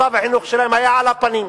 מצב החינוך שלהם היה על הפנים.